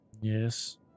yes